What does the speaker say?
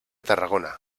tarragona